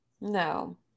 no